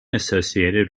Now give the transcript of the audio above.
associated